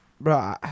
bro